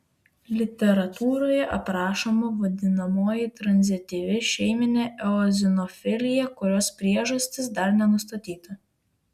literatūroje aprašoma vadinamoji tranzityvi šeiminė eozinofilija kurios priežastis dar nenustatyta